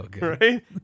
right